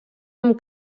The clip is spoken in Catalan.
amb